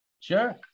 Sure